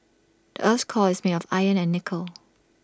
the Earth's core is made of iron and nickel